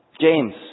James